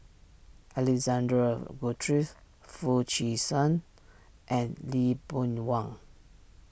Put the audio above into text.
Alexander Guthrie Foo Chee San and Lee Boon Wang